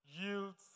yields